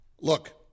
Look